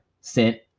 sent